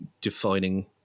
defining